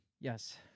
Yes